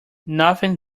nothing